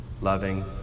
loving